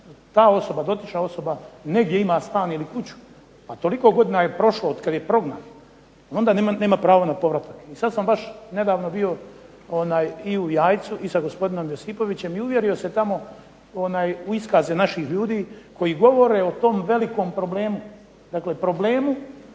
ta osoba, dotična osoba negdje ima stan ili kuću, pa toliko godina je prošlo otkad je prognana, onda nema pravo na povratak. I sad sam baš nedavno bio i u Jajcu i sa gospodinom Josipovićem i uvjerio se tamo u iskaze naših ljudi koji govore o tom velikom problemu, dakle problemu